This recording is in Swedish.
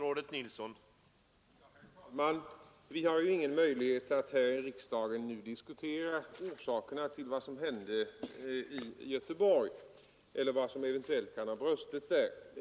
Herr talman! Vi har ju ingen möjlighet att här i riksdagen nu diskutera orsakerna till vad som hände i Göteborg och vad som eventuellt kan ha brustit där.